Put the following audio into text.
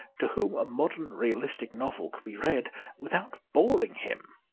to whom a modern realistic novel could be read without boring him.